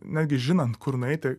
netgi žinant kur nueiti